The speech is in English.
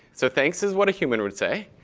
so thanks is what a human would say.